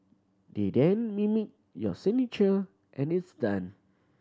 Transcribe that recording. they then mimic your signature and it's done